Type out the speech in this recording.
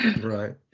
Right